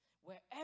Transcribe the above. Wherever